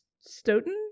Stoughton